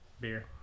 Beer